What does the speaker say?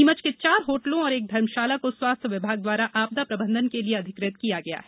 नीमच के चार होटलों और एक धर्मशाला को स्वास्थ्य विभाग द्वारा आपदा प्रबंधन के लिए अधिकृत किया गया है